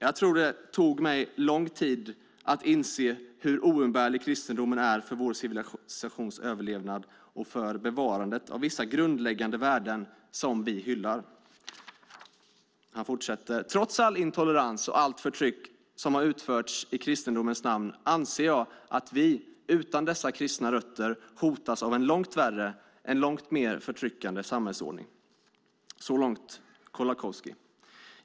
Jag tror det tog mig lång tid att inse hur oumbärlig kristendomen är för vår civilisations överlevnad och för bevarandet av vissa grundläggande värden som vi hyllar. Trots all intolerans och allt förtryck som utförs i kristendomens namn, anser jag att vi, utan dessa kristna rötter, hotas av en långt värre, en långt mer förtryckande samhällsordning." Så långt Kolakowski.